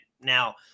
now